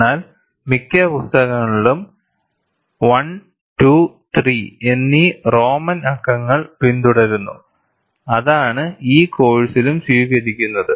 എന്നാൽ മിക്ക പുസ്തകങ്ങളും I II III എന്നീ റോമൻ അക്കങ്ങൾ പിന്തുടരുന്നു അതാണ് ഈ കോഴ്സിലും സ്വീകരിക്കുന്നത്